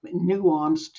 nuanced